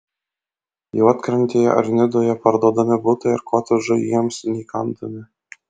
juodkrantėje ar nidoje parduodami butai ar kotedžai jiems neįkandami